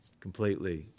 completely